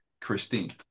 Christine